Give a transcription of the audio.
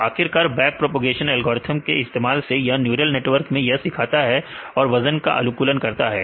तो आखिरकार back propagation algorithm के इस्तेमाल से यहां न्यूरल नेटवर्क में यह सीखता है और वजन का अनुकूलन करता है